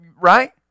Right